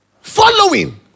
Following